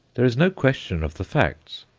there is no question of the facts.